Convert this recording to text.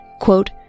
quote